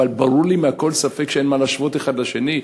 אבל ברור לי מעל כל ספק שאין מה להשוות את האחד לשני.